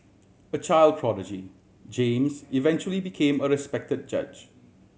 a child prodigy James eventually became a respect judge